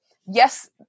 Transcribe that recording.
yes –